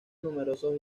numerosos